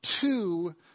two